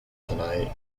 tonight